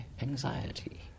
anxiety